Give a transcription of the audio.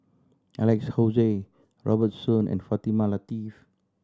Alex Josey Robert Soon and Fatimah Lateef